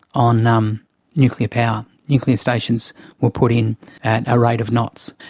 on um nuclear power. nuclear stations were put in at a rate of knots.